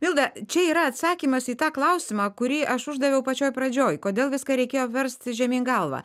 milda čia yra atsakymas į tą klausimą kurį aš uždaviau pačioj pradžioj kodėl viską reikėjo versti žemyn galva